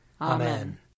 Amen